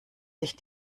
sich